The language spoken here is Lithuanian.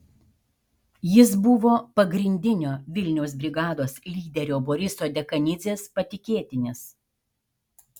jis buvo pagrindinio vilniaus brigados lyderio boriso dekanidzės patikėtinis